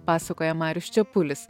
pasakoja marius čepulis